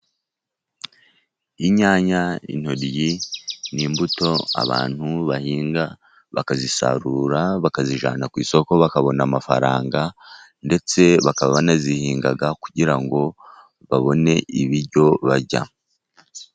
Inyanya, intoryi ni imbuto abantu bahinga ,bakazisarura, bakazijyana ku isoko bakabona amafaranga ,ndetse bakaba banazihinga, kugira ngo babone ibiryo barya.